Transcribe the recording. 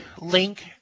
link